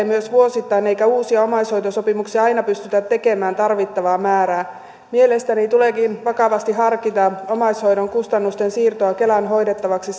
myös vaihtelee vuosittain eikä uusia omaishoitosopimuksia aina pystytä tekemään tarvittavaa määrää mielestäni tuleekin vakavasti harkita omaishoidon kustannusten siirtoa kelan hoidettavaksi